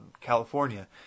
california